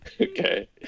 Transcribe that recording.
Okay